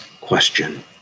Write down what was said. question